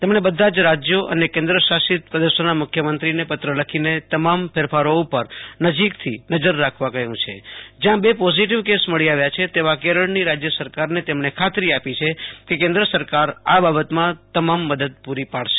તેમણે બધા જ રાજ્યો અને કેન્દ્રશાસિત પ્રદેશોના મુખ્યમંત્રીઓને પત્ર લખીને તમામ ફેરફારો ઉપર નજીકથી નજર રાખવા કહ્યું છે જ્યાં બે પોઝિટીવ કેસ મળી આવ્યા છે તેવા કેરળની રાજ્ય સરકારને તેમણે ખાતરી આપી છે કે કેન્દ્ર સરકાર આ બાબતમાં તમામ મદદ પુરી પાડશે